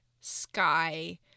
sky